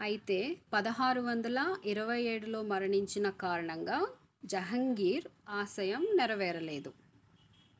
అయితే పదహారు వందల ఇరవై ఏడులో మరణించిన కారణంగా జహంగీర్ ఆశయం నెరవేరలేదు